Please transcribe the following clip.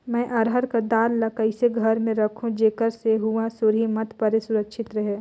मैं अरहर कर दाल ला कइसे घर मे रखों जेकर से हुंआ सुरही मत परे सुरक्षित रहे?